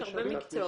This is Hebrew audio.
יש הרבה מקצועות.